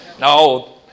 No